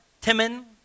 Timon